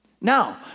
Now